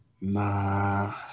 Nah